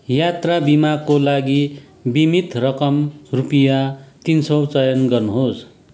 यात्रा बिमाको लागि बिमित रकम रुपियाँ तिन सौ चयन गर्नुहोस्